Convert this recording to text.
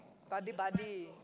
buddy buddy